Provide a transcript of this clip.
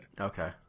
Okay